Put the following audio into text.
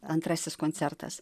antrasis koncertas